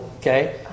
Okay